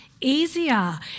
easier